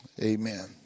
Amen